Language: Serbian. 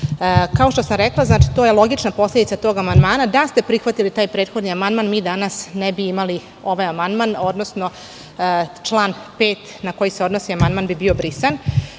Kao što sam rekla, to je logična posledica tog amandmana. Da ste prihvatili taj prethodni amandman, mi danas ne bi imali ovaj amandman, odnosno član 5. na koji se odnosi amandman bi bio brisan. Po